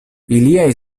iliaj